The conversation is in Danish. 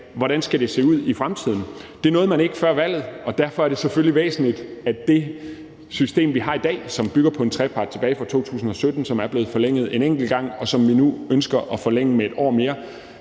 hvordan det skal se ud i fremtiden. Det nåede man ikke før valget, og derfor er det selvfølgelig væsentligt, at man med det system, vi har i dag, som bygger på en trepartsaftale tilbage fra 2017, som er blevet forlænget en enkelt gang, og som vi nu ønsker at forlænge med 1 år mere,